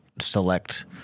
select